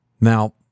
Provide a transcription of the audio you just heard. Now